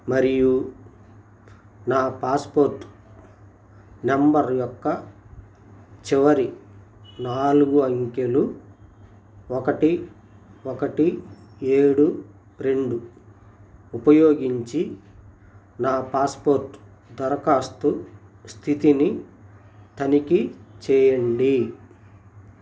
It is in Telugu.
మరియు నా పాస్పోర్ట్ నంబర్ యొక్క చివరి నాలుగు అంకెలు ఒకటి ఒకటి ఏడు రెండు ఉపయోగించి నా పాస్పోర్ట్ దరఖాస్తు స్థితిని తనిఖీ చేయండి